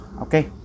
okay